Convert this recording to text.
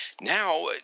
Now